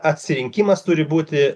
atsirinkimas turi būti